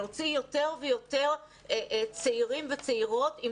להוציא כמה שיותר צעירים וצעירות עם